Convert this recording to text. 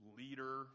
leader